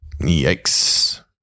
Yikes